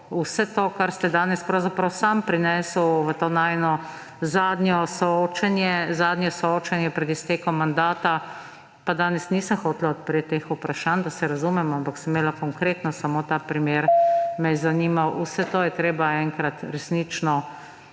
Vse to, kar ste danes pravzaprav sami prinesli v to najino zadnje soočenje pred iztekom mandata – pa danes nisem hotela odpreti teh vprašanj, da se razumemo, ampak konkretno samo ta primer me je zanimal –, vse to je treba enkrat resnično